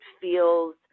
feels